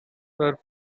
were